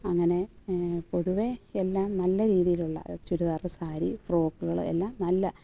അങ്ങനെ പൊതുവേ എല്ലാം നല്ല രീതിയിലുള്ള ചുരിദാർ സാരി ഫ്രോക്കുകൾ എല്ലാം നല്ല